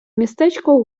містечко